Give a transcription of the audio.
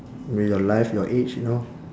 maybe your life your age you know